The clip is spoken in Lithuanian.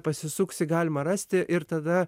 pasisuksi galima rasti ir tada